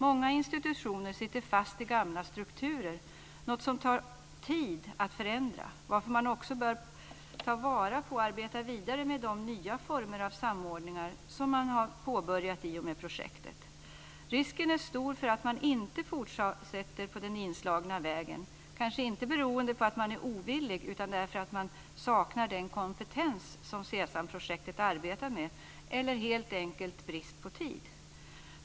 Många institutioner sitter fast i gamla strukturer, något som tar tid att förändra, varför man också bör ta vara på och arbeta vidare med de nya former av samordningar som man har påbörjat i och med projektet. Risken är stor för att man inte fortsätter på den inslagna vägen, kanske inte beroende på att man är ovillig utan därför att man saknar den kompetens som SESAM-projektet arbetat med eller helt enkelt har brist på tid.